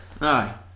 aye